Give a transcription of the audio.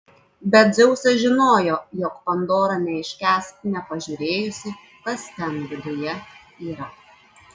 bet dzeusas žinojo jog pandora neiškęs nepažiūrėjusi kas ten viduje yra